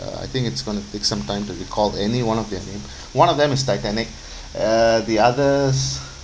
I think it's going to take some time to recall any one of their name one of them is titanic uh the others